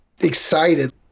excited